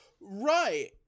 Right